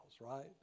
right